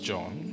John